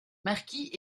marquis